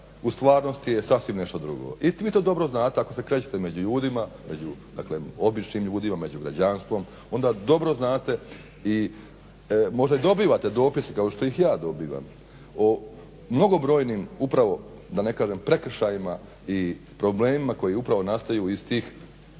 u stvarnosti je sasvim nešto drugo i vi to dobro znate ako se krećete među ljudima, među dakle običnim ljudima, među građanstvom. Onda dobro znate i možda dobivate dopise kao što ih ja dobivam o mnogobrojnim upravo da ne kažem prekršajima i problemima koji upravo nastaju iz tih